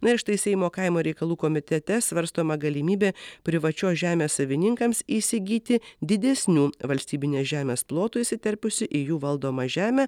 na ir štai seimo kaimo reikalų komitete svarstoma galimybė privačios žemės savininkams įsigyti didesnių valstybinės žemės plotų įsiterpusių į jų valdomą žemę